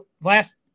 last